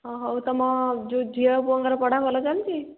ହଁ ହଉ ତୁମ ଯେଉଁ ଝିଅ ପୁଅଙ୍କର ପଢ଼ା ଭଲ ଚାଲିଛି